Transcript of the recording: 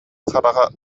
хараҕа